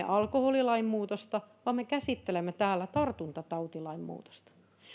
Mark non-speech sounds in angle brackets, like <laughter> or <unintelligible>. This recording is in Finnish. <unintelligible> alkoholilain muutosta vaan me käsittelemme täällä tartuntatautilain muutosta